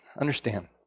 Understand